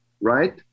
right